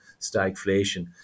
stagflation